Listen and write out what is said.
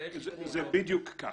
זה בדיוק ככה,